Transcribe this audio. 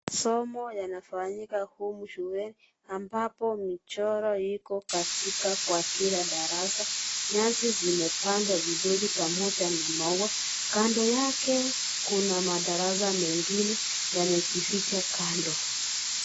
Somo yanafayika humu shuleni, ambapo michoro iko katika kwa kila darasa. Nyasi zimepandwa vizuri pamoja na maua. Kando yake, kuna madarasa mengine yamejificha kando.